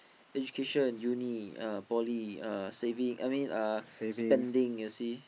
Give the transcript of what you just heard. education uni ah poly ah saving I mean uh spending you see